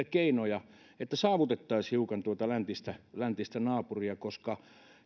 keinoja joilla saavutettaisiin hiukan tuota läntistä läntistä naapuria koska